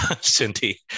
Cindy